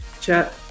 chat